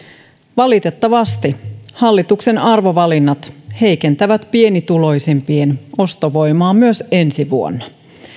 valitettavasti hallituksen arvovalinnat heikentävät pienituloisimpien ostovoimaa myös ensi vuonna